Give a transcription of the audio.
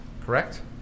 correct